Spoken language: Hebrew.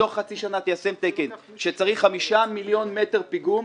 תוך חצי שנה כשצריך חמישה מיליון מטר פיגום.